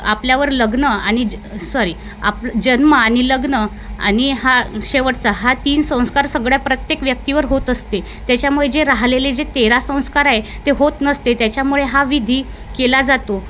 आपल्यावर लग्न आणि ज सॉरी आप जन्म आणि लग्न आणि हा शेवटचा हा तीन संस्कार सगळ्या प्रत्येक व्यक्तीवर होत असते त्याच्यामुळे जे राहलेले जे तेरा संस्कार आहे ते होत नसते त्याच्यामुळे हा विधी केला जातो